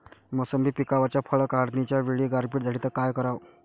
मोसंबी पिकावरच्या फळं काढनीच्या वेळी गारपीट झाली त काय कराव?